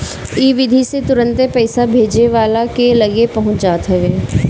इ विधि से तुरंते पईसा भेजे वाला के लगे पहुंच जात हवे